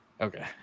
Okay